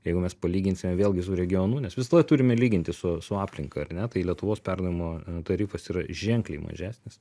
jeigu mes palyginsime vėlgi su regionu nes visada turime lyginti su su aplinka ar ne tai lietuvos perdavimo tarifas yra ženkliai mažesnis